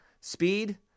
speed